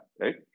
right